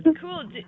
cool